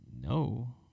No